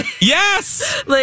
Yes